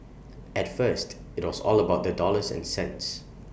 at first IT was all about the dollars and cents